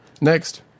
Next